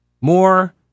More